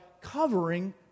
covering